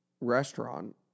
restaurant